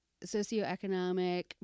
socioeconomic